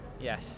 yes